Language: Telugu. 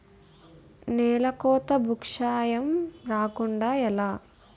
నేలకోత భూక్షయం రాకుండ ఎలా?